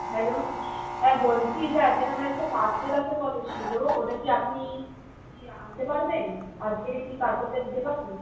hello হ্যাঁ বলছি যে আজকের আমার একটা পার্সেল আসার কথা ছিলো ওটা কি আপনি কি আনতে পারবেন আজকেরে কি পার্সেলটা দিতে পারবেন